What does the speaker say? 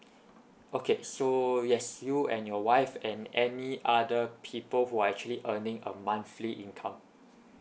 okay so yes you and your wife and any other people who are actually earning a monthly income